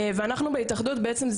אנחנו בהתאחדות כשעשינו מחקרים,